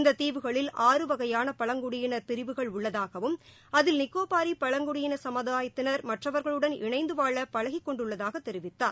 இந்த தீவுகளில் ஆறு வகையான பழங்குடியினர் பிரிவுகள் உள்ளதாகவும் அதில் நிகோபாரி பழங்குடியின சமுதாயத்தினர் மற்றவர்களுடன் இணைந்து வாழ பழகி கொண்டுள்ளதாகத் தெரிவித்தார்